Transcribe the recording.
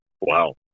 Wow